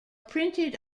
printed